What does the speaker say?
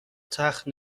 تخت